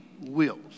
wills